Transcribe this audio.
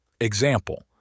Example